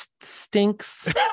stinks